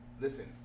Listen